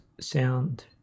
sound